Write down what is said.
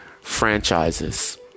franchises